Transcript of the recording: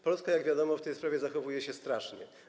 Polska, jak wiadomo, w tej sprawie zachowuje się strasznie.